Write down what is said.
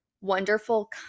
wonderful